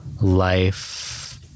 Life